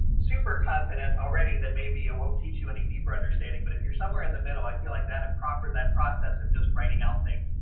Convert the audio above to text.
super confident already, then maybe it won't teach you any deeper understanding. but if you're somewhere in the middle. i feel like that a proper that process of just writing out thing.